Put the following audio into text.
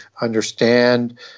understand